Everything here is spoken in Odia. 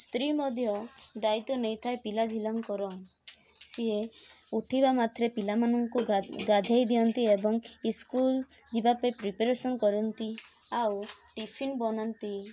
ସ୍ତ୍ରୀ ମଧ୍ୟ ଦାୟିତ୍ୱ ନେଇଥାଏ ପିଲାଝିଲାଙ୍କର ସିଏ ଉଠିବା ମାତ୍ରେ ପିଲାମାନଙ୍କୁ ଗାଧେଇ ଦିଅନ୍ତି ଏବଂ ସ୍କୁଲ ଯିବା ପାଇଁ ପ୍ରିପ୍ୟାରେସନ୍ କରନ୍ତି ଆଉ ଟିଫିନ୍ ବନାନ୍ତି